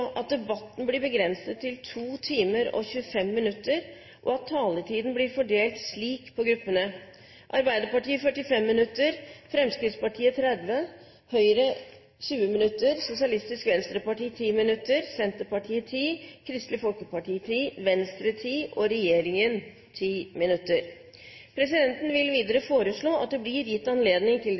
at debatten blir begrenset til 2 timer og 25 minutter, og at taletiden fordeles slik på gruppene: Arbeiderpartiet 45 minutter, Fremskrittspartiet 30 minutter, Høyre 20 minutter, Sosialistisk Venstreparti 10 minutter, Senterpartiet 10 minutter, Kristelig Folkeparti 10 minutter, Venstre 10 minutter, medlemmer av regjeringen 10 minutter. Videre vil presidenten foreslå at det blir gitt anledning til